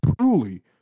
truly